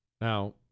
Now